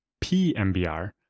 PMBR